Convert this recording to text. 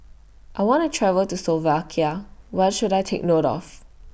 I want to travel to Slovakia What should I Take note of